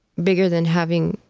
bigger than having,